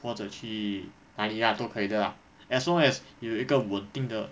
或者去哪里呀都可以 lah as long as 有个稳定的